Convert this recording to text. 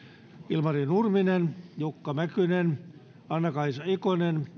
ilmari nurminen jukka mäkynen anna kaisa ikonen